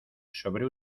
sobre